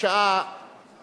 בשעה